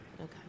Okay